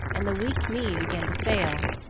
and the weak knee began to fail.